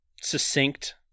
Succinct